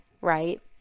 Right